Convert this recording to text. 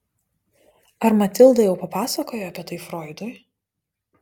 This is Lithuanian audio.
ar matilda jau papasakojo apie tai froidui